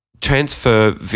transfer